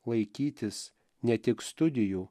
laikytis ne tik studijų